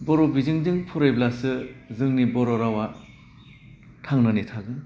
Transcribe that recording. बर' बिजोंजों फरायब्लासो जोंनि बर' रावा थांनानै थागोन